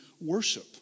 Worship